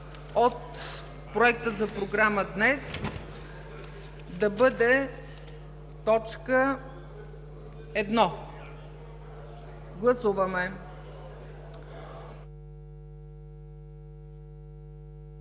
от Проекта за програма днес да бъде т. 1. Гласуваме.